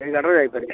ସେଇ ଗାଡ଼ିରେ ଯାଇପାରିବେ